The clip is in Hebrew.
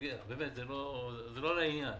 זה לא לעניין,